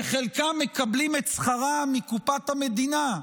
שחלקם מקבלים את שכרם מקופת המדינה,